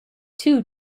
two